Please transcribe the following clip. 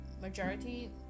majority